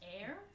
air